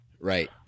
Right